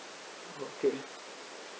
okay